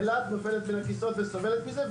אילת נופלת בין הכיסאות וסובלת מזה,